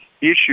issue